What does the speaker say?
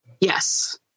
Yes